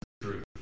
truth